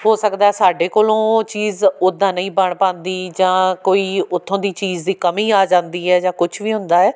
ਹੋ ਸਕਦਾ ਸਾਡੇ ਕੋਲੋਂ ਉਹ ਚੀਜ਼ ਉੱਦਾਂ ਨਹੀਂ ਬਣ ਪਾਉਂਦੀ ਜਾਂ ਕੋਈ ਉੱਥੋਂ ਦੀ ਚੀਜ਼ ਦੀ ਕਮੀ ਆ ਜਾਂਦੀ ਹੈ ਜਾਂ ਕੁਛ ਵੀ ਹੁੰਦਾ ਹੈ